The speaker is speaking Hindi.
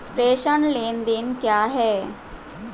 प्रेषण लेनदेन क्या है?